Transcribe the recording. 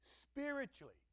spiritually